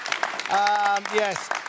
yes